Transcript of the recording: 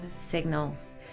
Signals